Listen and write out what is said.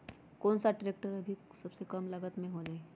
कौन सा ट्रैक्टर अभी सबसे कम लागत में हो जाइ?